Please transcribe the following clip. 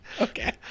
Okay